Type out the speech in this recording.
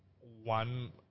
one